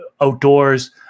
outdoors